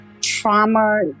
trauma